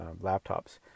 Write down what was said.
laptops